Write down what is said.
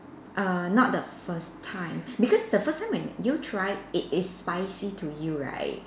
err not the first time because the first time when you tried it is spicy to you right